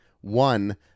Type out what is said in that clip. One